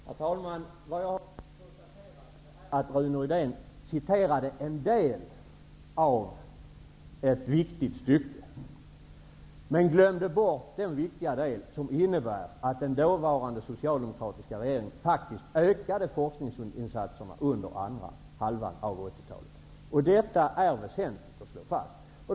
Herr talman! Jag har konstaterat att Rune Rydén citerade en del av ett viktigt stycke men glömde bort den viktiga del som innebär att den dåvarande socialdemokratiska regeringen faktiskt ökade forskningsinsatserna under andra halvan av 80 talet. Detta är väsentligt att slå fast.